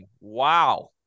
Wow